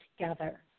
together